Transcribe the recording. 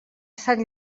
sant